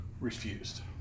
refused